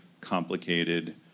complicated